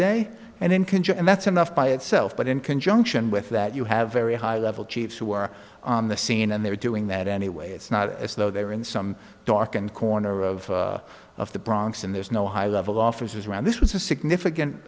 day and in can join that's enough by itself but in conjunction with that you have very high level chiefs who are on the scene and they're doing that anyway it's not as though they were in some dark and corner of of the bronx and there's no high level officers around this was a significant